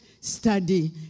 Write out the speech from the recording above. study